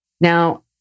Now